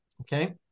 Okay